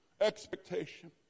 Expectation